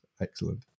Excellent